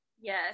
yes